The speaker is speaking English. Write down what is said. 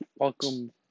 Welcome